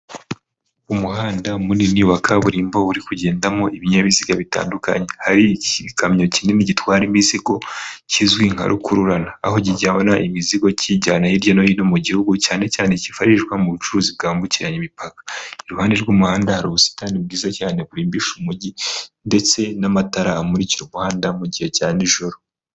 Umuhanda munini wa kaburimbo uri kugendamo ibinyabiziga bitandukanye, hari igikamyo kinini gitwara imizigo kizwi nka rukururane, aho kijyana imizigo kiyijyana hirya no hino mu gihugu cyane cyane kifashishwa mu bucuruzi bwambukiranya imipaka, iruhande rw'umuhanda hari ubusitani bwiza cyane burimbisha umujyi ndetse n'amatara amurikira umuhanda mu gihe cya nijoro.